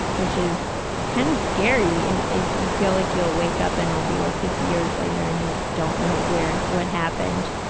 which is kind of scary if you feel like you'll wake up, and it will be like fifty years later and you don't know what happened.